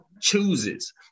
chooses